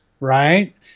right